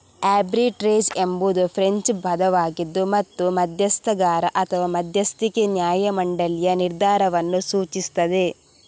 arbitrage ಎಂಬುದು French ಪದವಾಗಿದೆ ಮತ್ತು ಮಧ್ಯಸ್ಥಗಾರ ಅಥವಾ ಮಧ್ಯಸ್ಥಿಕೆ ನ್ಯಾಯ ಮಂಡಳಿಯ ನಿರ್ಧಾರವನ್ನು ಸೂಚಿಸುತ್ತದೆ